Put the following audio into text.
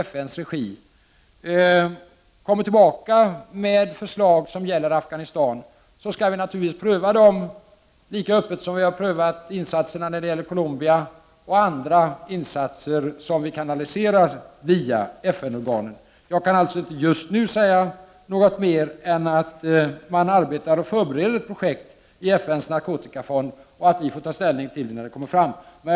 1989/90:32 lägger fram förslag skall vi naturligtvis pröva dem lika öppet som vi har prö — 24 november 1989 vat insatserna när det gäller Colombia och andra insatser som vi har kanadlisee rat via FN-organen. Jag kan alltså inte just nu säga något mer än att man arbetar och förbereder projekt i FN:s narkotikafond och att vi får ta ställning till dem när förslag läggs fram.